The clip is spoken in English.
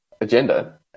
agenda